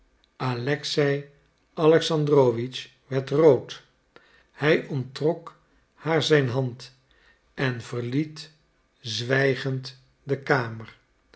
alexei alexandrowitsch werd rood hij onttrok haar zijn hand en verliet zwijgend de kamer